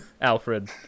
Alfred